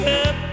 up